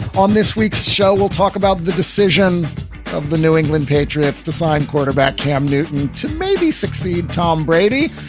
on this week's show, we'll talk about the decision of the new england patriots to sign quarterback cam newton to maybe succeed tom brady.